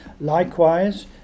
Likewise